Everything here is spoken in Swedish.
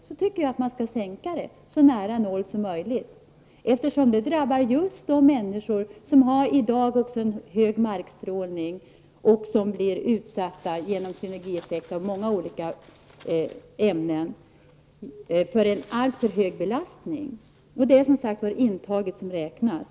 Jag tycker att man borde sänka värdet så nära noll som möjligt, eftersom det drabbar just de människor som i dag är utsatta för hög markstrålning och, genom synergieffekter av många olika ämnen, för en alltför hög belastning. Det är som sagt intaget som räknas.